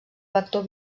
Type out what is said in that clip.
vector